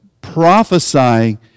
prophesying